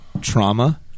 trauma